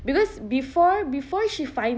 because before before she finds